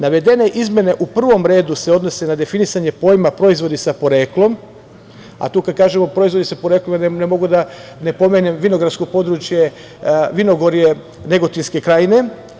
Navedene izmene u prvom redu se odnose na definisanje pojma „proizvodi sa poreklom“, a kada kažemo „proizvodi sa poreklom“, ne mogu da ne pomenem vinogradsko područje, vinogorje, Negotinske krajine.